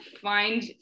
find